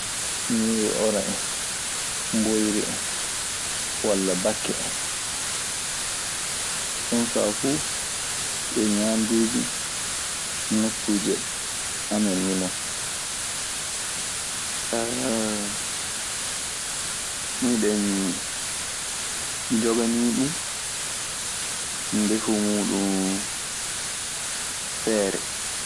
Ñiiri oro en, mboyri en walla bakke en. Jon kaa fuu yo ñaanduuji nokkuuje amen minen. Miɗen njoganii ɗun ndefu muuɗun feere.